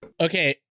Okay